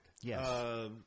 Yes